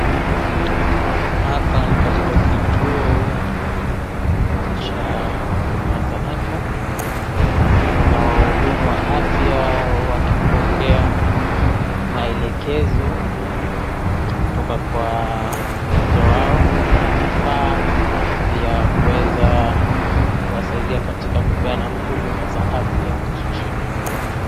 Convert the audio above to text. Hapa ni katika kituo cha huduma za afya , tunaona wahudumu wa afya wakipokea maelekezo kutoka kwa mmoja wao na vifaa vya kuweza kuwasaidia katika kupeana huduma za afya vijijini.